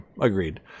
agreed